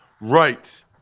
Right